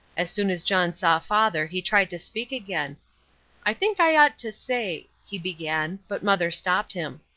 as soon as john saw father he tried to speak again i think i ought to say, he began, but mother stopped him.